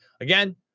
again